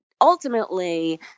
ultimately